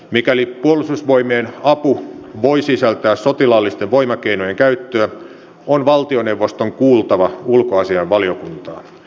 mikäli puolustusvoimien apu voi sisältää sotilaallisten voimakeinojen käyttöä on valtioneuvoston kuultava ulkoasiainvaliokuntaa